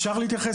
אז מה זה יעזור?